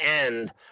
end